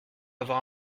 avoir